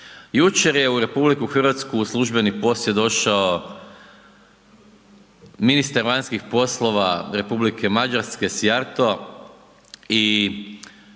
Jučer je u RH u službeni posjet došao ministar vanjskih poslova Republike Mađarske Sijarto